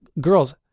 girls